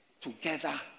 together